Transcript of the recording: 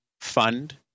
fund